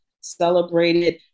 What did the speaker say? celebrated